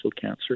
cancer